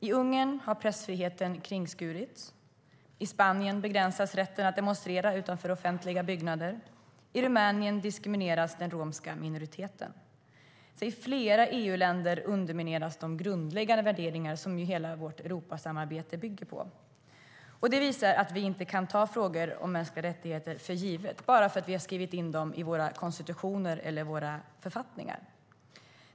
I Ungern har pressfriheten kringskurits. I Spanien begränsas rätten att demonstrera utanför offentliga byggnader. I Rumänien diskrimineras den romska minoriteten. I flera EU-länder undermineras alltså de grundläggande värderingar som hela vårt Europasamarbete bygger på. Det visar att vi inte kan ta frågor om mänskliga rättigheter för givna bara för att vi har skrivit in detta i våra konstitutioner eller våra författningar.